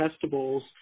festivals